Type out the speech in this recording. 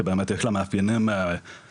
שבאמת יש לה מאפיינים ייחודיים.